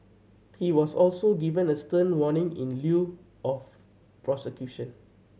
he was also given a stern warning in lieu of prosecution